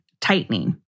tightening